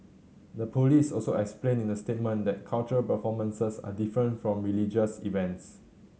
the police also explained in the statement that cultural performances are different from religious events